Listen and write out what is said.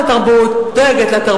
עם הפרובוקציה הזאת, למה ההצעה הזאת פתטית?